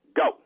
go